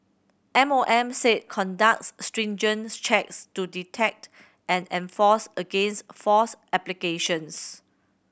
M O M said conducts stringent checks to detect and enforce against false applications